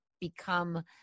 become